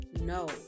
No